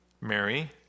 Mary